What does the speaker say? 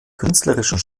künstlerischen